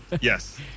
Yes